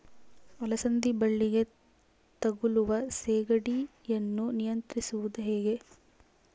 ಅಲಸಂದಿ ಬಳ್ಳಿಗೆ ತಗುಲುವ ಸೇಗಡಿ ಯನ್ನು ನಿಯಂತ್ರಿಸುವುದು ಹೇಗೆ?